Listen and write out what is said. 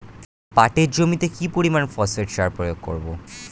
পাটের জমিতে কি পরিমান ফসফেট সার প্রয়োগ করব?